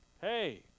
hey